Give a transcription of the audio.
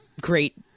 great